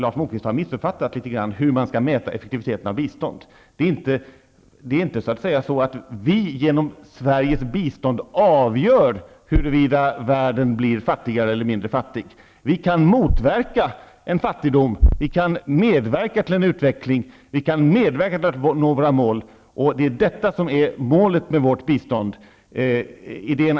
Lars Moquist har litet grand missuppfattat hur man skall mäta effektiviteten av bistånd. Vi avgör inte genom Sveriges bistånd huruvida världen blir fattigare eller mindre fattig. Vi kan motverka en fattigdom och medverka till en utveckling för att nå våra mål. Det är målet med vårt bistånd.